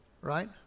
right